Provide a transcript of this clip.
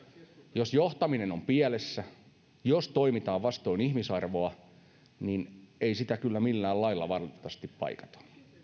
jos johtaminen on pielessä jos toimitaan vastoin ihmisarvoa niin ei sitä kyllä millään lailla valitettavasti paikata